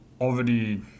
already